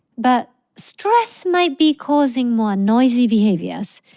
but stress might be causing more noisy behaviors.